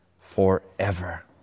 forever